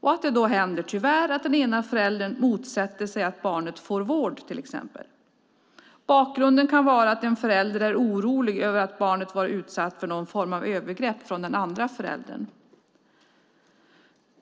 och då händer det tyvärr att den ena föräldern motsätter sig till exempel att barnet får vård. Bakgrunden kan vara att en förälder är orolig för att barnet har varit utsatt för någon form av övergrepp från den andra föräldern.